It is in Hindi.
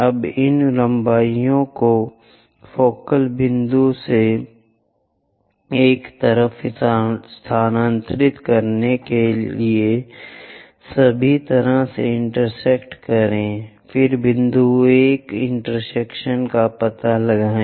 अब इन लंबाई को फोकल बिंदु से एक तरफ स्थानांतरित करने के लिए सभी तरह से इंटेरसेक्ट करें फिर बिंदु 1 इंटरसेक्शन का पता लगाएं